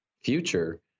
future